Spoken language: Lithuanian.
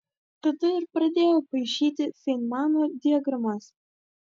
tada ir pradėjau paišyti feinmano diagramas